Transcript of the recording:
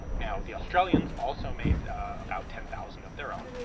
now the australians also made about ten thousand of their own.